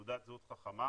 תעודת זהות חכמה,